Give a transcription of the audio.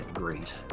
Great